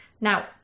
Now